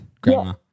grandma